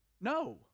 no